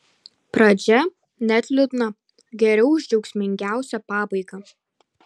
pradžia net liūdna geriau už džiaugsmingiausią pabaigą